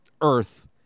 Earth